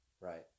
Right